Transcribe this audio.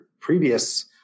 previous